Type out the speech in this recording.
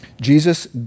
Jesus